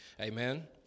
Amen